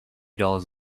dollars